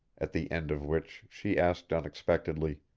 at the end of which she asked unexpectedly,